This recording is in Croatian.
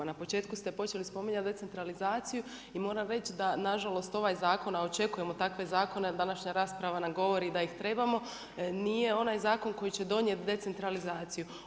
Na početku ste počeli spominjati decentralizaciju i moram reći da nažalost ovaj zakona, a očekujemo takve zakone današnja rasprava nam govori da ih trebamo, nije onaj zakon koji će donijeti decentralizaciju.